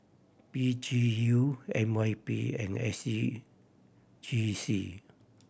P G U N Y P and S C G C